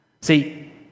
See